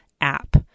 app